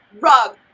rug